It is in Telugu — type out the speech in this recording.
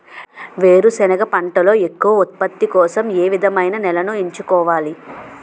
వేరుసెనగ పంటలో ఎక్కువ ఉత్పత్తి కోసం ఏ విధమైన నేలను ఎంచుకోవాలి?